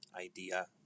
idea